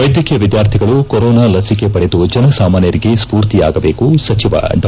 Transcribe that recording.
ವೈದ್ಯಕೀಯ ವಿದ್ಯಾರ್ಥಿಗಳು ಕೋರೋನಾ ಲಸಿಕೆ ಪಡೆದು ಜನಸಾಮಾನ್ಸರಿಗೆ ಸ್ಫೂರ್ತಿಯಾಗಬೇಕು ಸಚಿವ ಡಾ